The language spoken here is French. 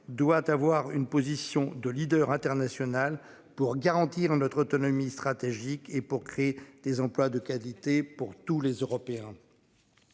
doit avoir une position de leader international pour garantir notre autonomie stratégique et pour créer des emplois de qualité pour tous les Européens.